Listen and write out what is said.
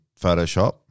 Photoshop